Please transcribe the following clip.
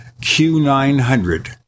Q900